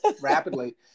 rapidly